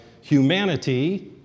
humanity